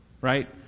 right